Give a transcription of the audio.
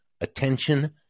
attention